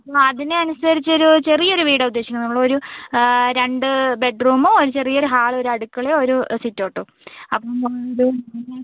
അപ്പോൾ അതിന് അനുസരിച്ചൊരു ചെറിയൊരു വീടാണ് ഉദ്ദേശിക്കുന്നത് നമ്മളൊരു രണ്ട് ബെഡ്റൂമും ഒരു ചെറിയൊരു ഹാളും ഒരു അടുക്കളയും ഒരു സിറ്റൗട്ടും അപ്പോൾ അത് എങ്ങനെ